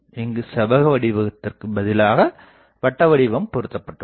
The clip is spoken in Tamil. இங்குச் செவ்வக வடிவத்திற்குப் பதிலாக வட்ட வடிவம் பொருத்தப்பட்டுள்ளது